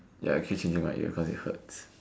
ya K keep singing in my ear cause it hurts